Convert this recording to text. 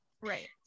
Right